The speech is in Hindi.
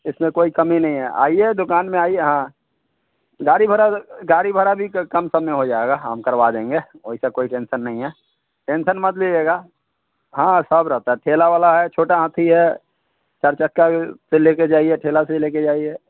इसमें कोई कमी नहीं है आइए दुकान में आइए हाँ गाड़ी भाड़ा गाड़ी भाड़ा भी क कम कम में हो जाएगा हम करवा देंगे ऐसा कोई टेन्सन नहीं है टेन्सन मत लिजीएगा हाँ सब रहता है ठेला वाला है छोटा हाथी है चार चक्के से से लेकर जाइए ठेला से लेकर जाइए